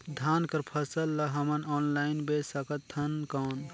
धान कर फसल ल हमन ऑनलाइन बेच सकथन कौन?